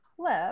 clip